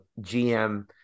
GM